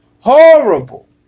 Horrible